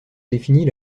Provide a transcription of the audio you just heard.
définit